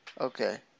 okay